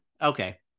Okay